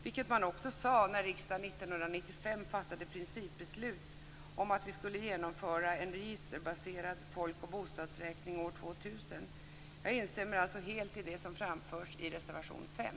Det sade man också när riksdagen 1995 fattade principbeslut om att vi skulle genomföra en registerbaserad folk och bostadsräkning år 2000. Jag instämmer alltså helt i det som framförs i reservation 5.